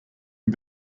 and